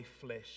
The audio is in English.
flesh